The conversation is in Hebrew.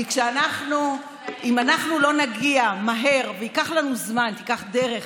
כי אם אנחנו לא נגיע מהר, וייקח לנו זמן, תיקח דרך